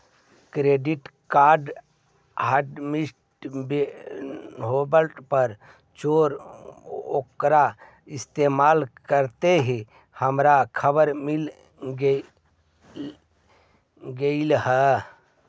debit card hotlist होवे पर चोर ओकरा इस्तेमाल करते ही हमारा खबर मिल गेलई